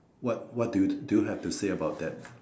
what what do you do you have to say about that